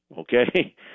okay